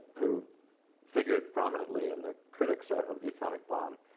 who figured prominently in the critics of the atomic bomb,